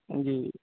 جی